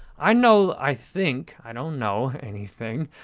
i know, i think, i don't know anything,